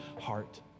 heart